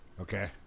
Okay